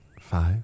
Five